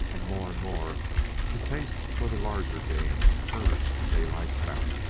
and more and more the taste for the larger game urged in daylight's mouth.